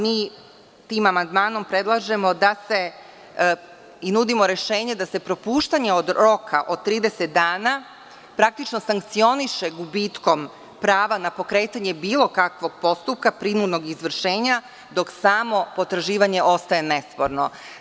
Mi tim amandmanom predlažemo i nudimo rešenje da se propuštanje roka od 30 dana sankcioniše gubitkom prava na pokretanje bilo kakvog postupka, prinudnog izvršenja, dok samo potraživanje ostaje nesporno.